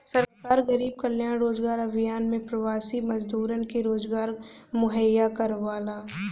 सरकार गरीब कल्याण रोजगार अभियान में प्रवासी मजदूरन के रोजगार मुहैया करावला